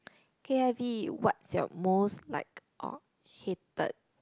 k_i_v what's your most liked or hated